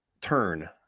turn